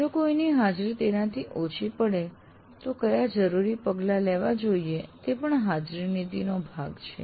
જો કોઈની હાજરી તેનાથી ઓછી પડે તો કયા જરૂરી પગલાં લેવા જોઈએ તે પણ હાજરી નીતિનો ભાગ છે